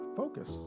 focus